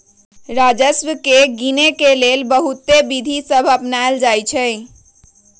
राजस्व के गिनेके लेल बहुते विधि सभ अपनाएल जाइ छइ